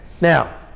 Now